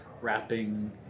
wrapping